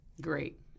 Great